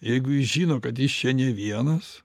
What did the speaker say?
jeigu jis žino kad jis čia ne vienas